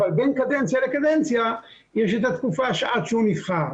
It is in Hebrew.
אבל בין קדנציה לקדנציה יש את התקופה של עד שהוא נבחר.